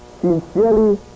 sincerely